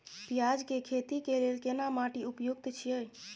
पियाज के खेती के लेल केना माटी उपयुक्त छियै?